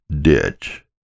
ditch